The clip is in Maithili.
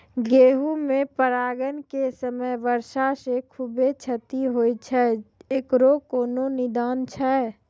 गेहूँ मे परागण के समय वर्षा से खुबे क्षति होय छैय इकरो कोनो निदान छै?